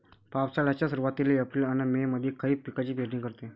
पावसाळ्याच्या सुरुवातीले एप्रिल अन मे मंधी खरीप पिकाची पेरनी करते